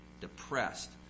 depressed